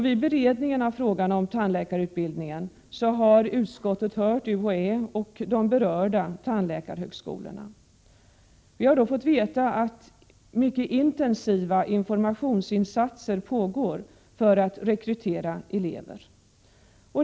Vid beredningen av frågan om tandläkarutbildningen har utskottet hört UHÄ och de berörda tandläkarhögskolorna. Vi har då fått veta att mycket intensiva informationsinsatser pågår för att rekrytera elever.